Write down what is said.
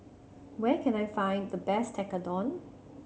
where can I find the best Tekkadon